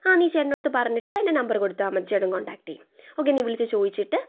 ആ നീ ചേട്ടൻ്റെ അടുത്ത് പറഞ്ഞിട്ട് എൻ്റെ നമ്പർ കൊടുത്താൽ മതി ചേട്ടൻ കോൺടാക്റ്റ് ചെയ്യും ഓക്കേ ആ നീ വിളിച്ചു ചോദിച്ചിട്ട്